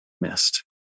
missed